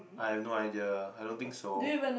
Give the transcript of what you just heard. I have no idea I don't think so